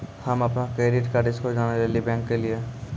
हम्म अपनो credit card score जानै लेली बैंक गेलियै